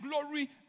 glory